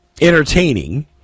entertaining